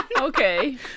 Okay